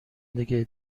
دیگه